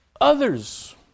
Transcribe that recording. others